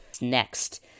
next